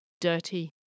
dirty